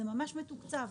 זה ממש מתוקצב.